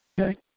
Okay